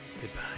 goodbye